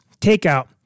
takeout